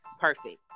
perfect